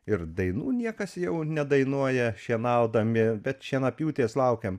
ir dainų niekas jau nedainuoja šienaudami bet šienapjūtės laukiam